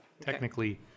technically